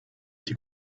die